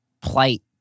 plight